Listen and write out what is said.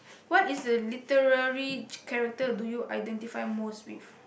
what is a literary character do you identify most with